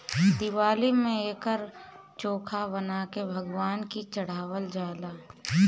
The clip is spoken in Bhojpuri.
दिवाली में एकर चोखा बना के भगवान जी चढ़ावल जाला